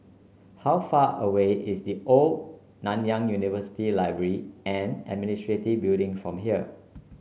how far away is The Old Nanyang University Library and Administration Building from here